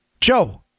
Joe